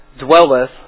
dwelleth